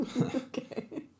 Okay